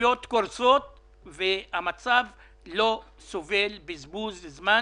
רשויות קורסות והמצב לא סובל בזבוז זמן